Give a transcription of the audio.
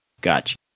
Gotcha